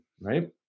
right